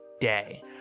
day